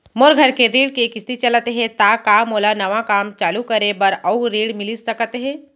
मोर घर के ऋण के किसती चलत हे ता का मोला नवा काम चालू करे बर अऊ ऋण मिलिस सकत हे?